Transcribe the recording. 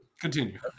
Continue